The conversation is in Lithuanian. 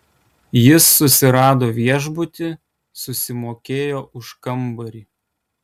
jis susirado viešbutį susimokėjo už kambarį